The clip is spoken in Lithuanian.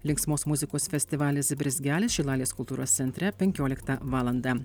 linksmos muzikos festivalis brizgelis šilalės kultūros centre penkioliktą valandą